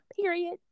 Period